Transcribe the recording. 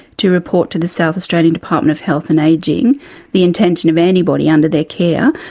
to report to the south australian department of health and ageing the intention of anybody under their care,